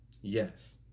Yes